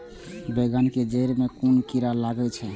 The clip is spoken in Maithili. बेंगन के जेड़ में कुन कीरा लागे छै?